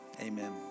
Amen